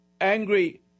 angry